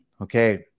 Okay